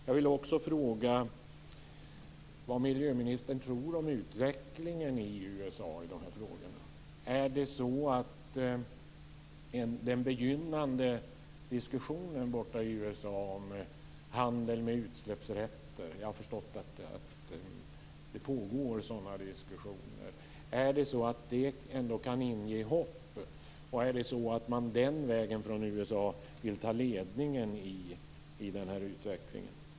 Jag vill också fråga vad miljöministern tror om utvecklingen i USA i dessa frågor. Jag har förstått att det pågår begynnande diskussioner i USA om handeln med utsläppsrätter. Kan det inge hopp? Kan USA den vägen ta ledningen i utvecklingen?